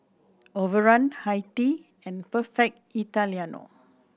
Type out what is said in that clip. Overrun Hi Tea and Perfect Italiano